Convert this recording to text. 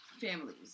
families